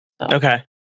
okay